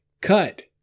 cut